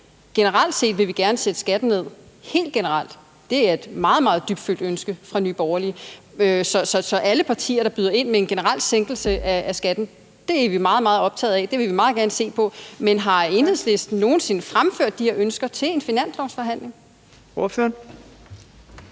Generelt set vil vi gerne sætte skatten ned – helt generelt. Det er et meget, meget dybfølt ønske fra Nye Borgerliges side. Så til alle partier, der byder ind med en generel sænkelse af skatten, vil jeg sige: Det er vi meget, meget optaget af, det vil vi meget gerne se på. Men har Enhedslisten nogen sinde fremført de her ønsker til en finanslovsforhandling? Kl.